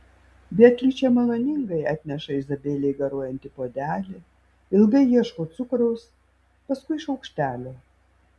beatričė maloningai atneša izabelei garuojantį puodelį ilgai ieško cukraus paskui šaukštelio